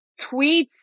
tweets